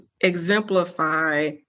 exemplify